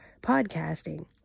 podcasting